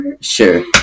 Sure